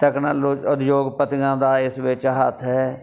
technology ਉਦਯੋਗਪਤੀਆਂ ਦਾ ਇਸ ਵਿੱਚ ਹੱਥ ਹੈ